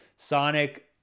Sonic